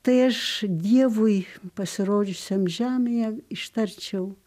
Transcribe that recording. tai aš dievui pasirodžiusiam žemėje ištarčiau